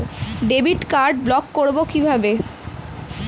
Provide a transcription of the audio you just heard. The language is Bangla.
ডেবিট কার্ড ব্লক করব কিভাবে?